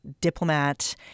diplomat